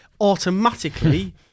Automatically